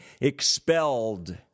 expelled